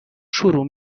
شروع